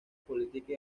política